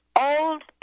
old